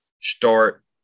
start